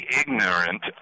ignorant